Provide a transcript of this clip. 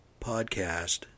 Podcast